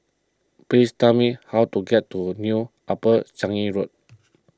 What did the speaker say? please tell me how to get to New Upper Changi Road